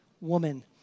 woman